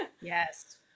Yes